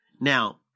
Now